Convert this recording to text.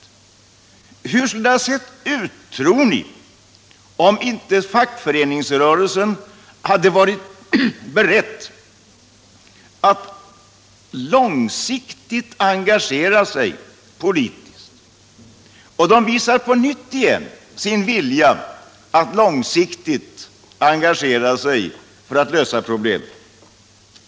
Och hur tror ni att det skulle ha sett ut, om inte fackföreningsrörelsen varit beredd att långsiktigt engagera sig politiskt? Den visar på nytt sin vilja att engagera sig för att lösa problemen.